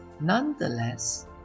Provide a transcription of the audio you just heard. Nonetheless